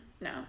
No